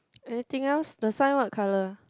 anything else the sign what color